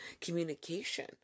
communication